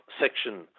section